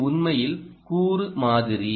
இது உண்மையில் கூறு மாதிரி